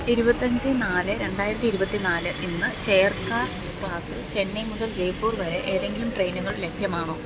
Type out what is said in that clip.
ഇരുപത്തി അഞ്ച് നാല് രണ്ടായിരത്തി ഇരുപത്തി നാല് ഇന്ന് ചെയർ കാർ ക്ലാസിൽ ചെന്നൈ മുതൽ ജയ്പൂർ വരെ ഏതെങ്കിലും ട്രെയിനുകൾ ലഭ്യമാണോ